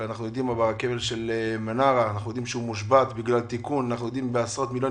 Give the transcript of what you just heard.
אנחנו יודעים שהרכבת של מנרה בגלל תיקון שעולה עשרות מיליונים.